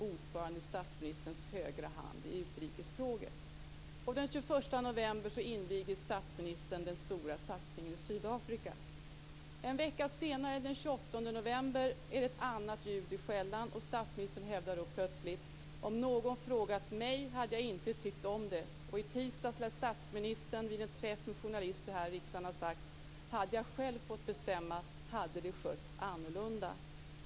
Ordförande är statsministerns högra hand i utrikesfrågor. Den 21 november invigde statsministern den stora satsningen i Sydafrika. En vecka senare, den 28 november, är det annat ljud i skällan. Statsministern hävdar då plötsligt: Om någon frågat mig hade jag inte tyckt om det. I tisdags lär statsministern vid en träff med journalister här i riksdagen ha sagt: Hade jag själv fått bestämma hade det skötts annorlunda.